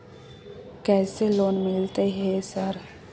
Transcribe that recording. कैसे लोन मिलते है सर?